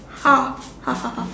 ha ha ha ha